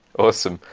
awesome.